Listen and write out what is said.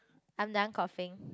I'm done coughing